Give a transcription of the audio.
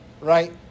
right